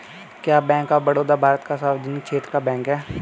क्या bank of Baroda Bharat का सार्वजनिक क्षेत्र का बैंक है?